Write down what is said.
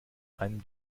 einem